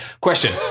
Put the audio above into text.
question